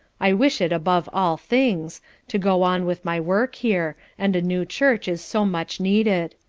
i wish it above all things to go on with my work here, and a new church is so much needed.